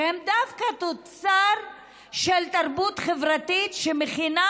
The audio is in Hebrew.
שהם דווקא תוצר של תרבות חברתית שמכינה